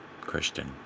Christian